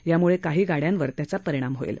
यामुळे काही गाड्यांवर याचा परिणाम होइल